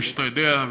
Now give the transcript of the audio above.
כפי שאתה יודע,